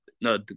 no